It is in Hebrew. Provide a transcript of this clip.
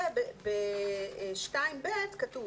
וב-(2)(ב) כתוב,